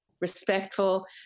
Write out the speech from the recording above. respectful